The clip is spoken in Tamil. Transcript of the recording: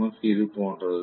எஃப் இது போன்றது